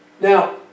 Now